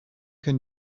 can